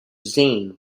zane